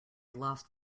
lost